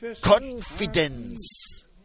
confidence